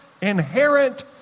inherent